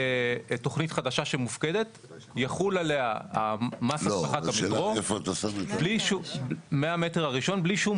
תכנית חדשה שמופקדת יחול עליה מס השבחה מהמטר הראשון בלי שום